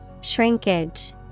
Shrinkage